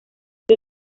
por